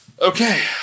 Okay